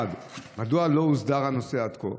1. מדוע לא הוסדר הנושא עד כה?